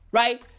right